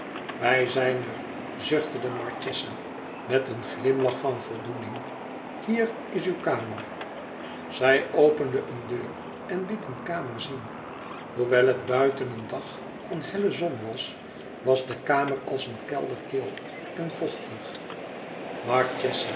wij zijn er zuchtte de marchesa met een glimlach van voldoening hier is uw kamer zij opende een deur en liet een kamer zien hoewel het buiten een dag van helle zon was was de kamer als een kelder kil en vochtig